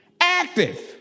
active